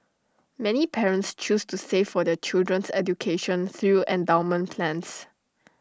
many parents choose to save for their children's education through endowment plans